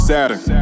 Saturn